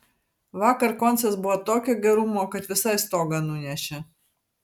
vakar koncas buvo tokio gerumo kad visai stogą nunešė